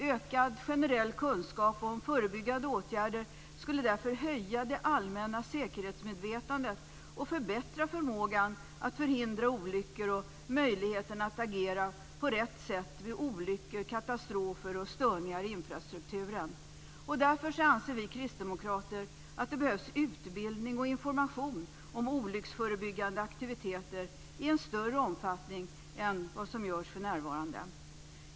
Ökad generell kunskap om förebyggande åtgärder skulle därför höja det allmänna säkerhetsmedvetandet och förbättra förmågan att förhindra olyckor och möjligheterna att agera på rätt sätt vid olyckor, katastrofer och störningar i infrastrukturen. Därför anser vi kristdemokrater att det behövs utbildning och information om olycksförbyggande aktiviteter i en större omfattning än för närvarande.